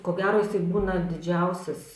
ko gero jisai būna didžiausias